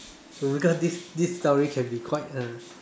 so because this this story can be quite a